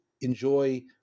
enjoy